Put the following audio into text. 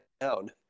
down